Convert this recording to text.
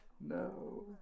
No